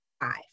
five